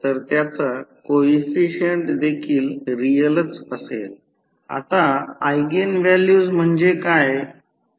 तर हे मूळ प्रतिबाधा आहे त्या आधारावर निश्चित केले जाते प्रतिरोध प्रतिक्रिय प्रतिबाधा निश्चित केली जाते